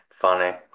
funny